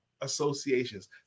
associations